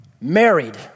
married